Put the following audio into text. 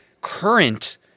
current